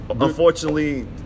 Unfortunately